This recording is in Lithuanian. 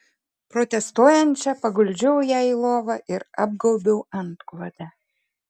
protestuojančią paguldžiau ją į lovą ir apgaubiau antklode